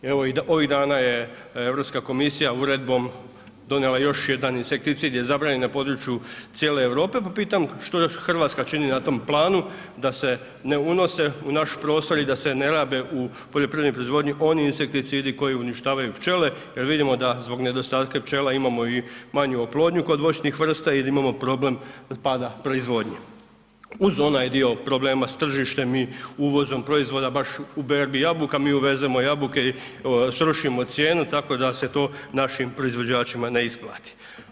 Evo ovih dana je Europska komisija uredbom donijela, još jedan insekticid je zabranjen na području cijele Europe pa pitam što Hrvatska čini na tom planu da se ne unose u naš prostor i da se ne rabe u poljoprivrednoj proizvodnji oni insekticidi koji uništavaju pčele jer vidimo da zbog nedostatka pčela imamo i manju oplodnju kod voćnih vrsta jer imamo problem pada proizvodnje uz onaj dio problema sa tržištem i uvozom proizvoda baš u berbi jabuka, mi uvezemo jabuke i srušimo cijenu tako da se to našim proizvođačima ne isplati.